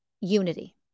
unity